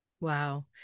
Wow